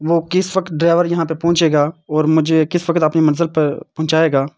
وہ کس وقت ڈرائیور یہاں پہ پہنچے گا اور مجھے کس وقت اپنی منزل پر پہنچائے گا